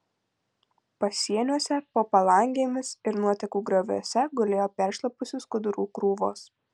pasieniuose po palangėmis ir nuotekų grioviuose gulėjo peršlapusių skudurų krūvos